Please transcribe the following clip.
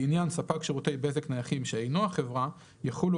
לעניין ספק שירותי בזק נייחים שאינו החברה יחולו